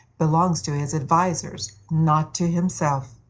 belongs to his advisers, not to himself.